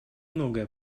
многое